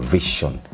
Vision